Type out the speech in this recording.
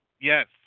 Yes